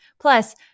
Plus